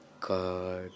God